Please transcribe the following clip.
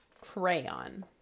Crayon